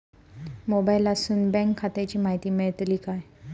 मोबाईलातसून बँक खात्याची माहिती मेळतली काय?